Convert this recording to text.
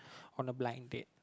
on a blind date